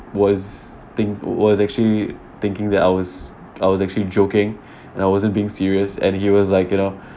was think was actually thinking that I was I was actually joking and I wasn't being serious and he was like you know